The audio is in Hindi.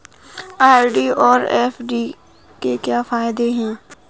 आर.डी और एफ.डी के क्या फायदे हैं?